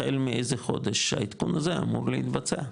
החל מאיזה חודש העדכון הזה אמור להתבצע,